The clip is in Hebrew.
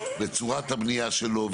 וצורת הבנייה שלו,